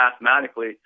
mathematically